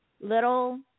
little